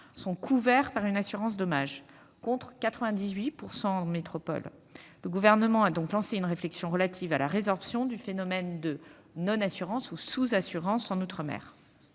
sont couverts par une assurance dommages contre 98 % en métropole. Le Gouvernement a donc lancé une réflexion relative à la résorption du phénomène de non-assurance ou de sous-assurance outre-mer.